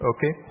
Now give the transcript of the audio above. Okay